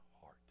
heart